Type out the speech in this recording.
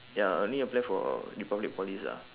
ya only apply for republic polys ah